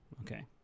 Okay